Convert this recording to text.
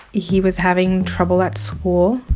he was having trouble at school.